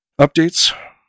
Updates